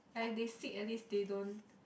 like they sick at least they don't